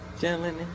Gentlemen